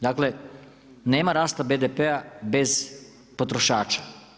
Dakle, nema rasta BDP-a bez potrošača.